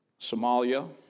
Somalia